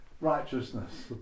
righteousness